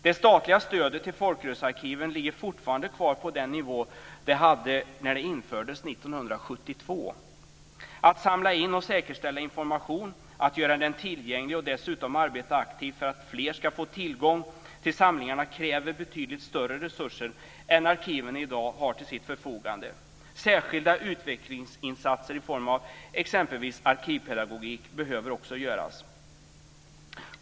Det statliga stödet till folkrörelsearkiven ligger fortfarande kvar på samma nivå som år 1972 då de infördes. Att samla in och säkerställa information, att göra den tillgänglig och att dessutom arbeta aktivt för att fler ska få tillgång till samlingarna kräver betydligt större resurser än arkiven i dag har till sitt förfogande. Särskilda utvecklingsinsatser i form av exempelvis arkivpedagogik behöver också göras.